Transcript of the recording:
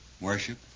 worship